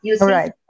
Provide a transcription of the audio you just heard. right